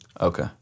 Okay